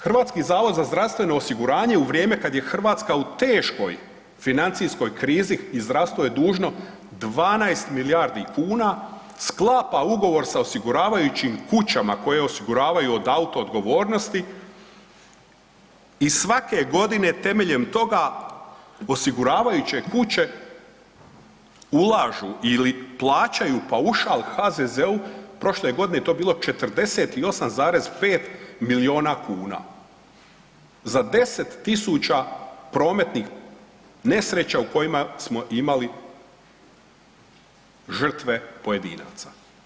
HZZO u vrijeme kada je Hrvatska u teškoj financijskoj krizi i zdravstvo je dužno 12 milijardi kuna, sklapa ugovor sa osiguravajućim kućama koje osiguravaju od auto odgovornosti i svake godine temeljem toga osiguravajuće kuće ulažu ili plaćaju paušal HZZO-u, prošle godine je to bilo 48,5 milijuna kuna, za 10.000 prometnih nesreća u kojima smo imali žrtve pojedinaca.